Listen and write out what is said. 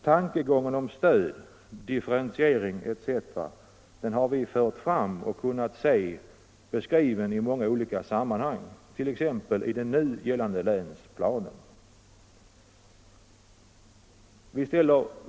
Tankegångarna om stöd, differentiering etc. har vi kunnat se beskrivna i olika sammanhang,t.ex. i den nu gällande länsplanen.